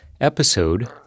episode